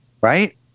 Right